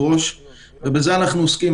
ראש בפתיחת הדיון ובזה אנחנו עוסקים.